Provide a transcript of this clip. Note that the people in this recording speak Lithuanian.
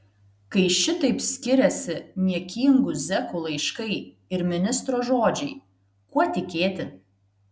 kai šitaip skiriasi niekingų zekų laiškai ir ministro žodžiai kuo tikėti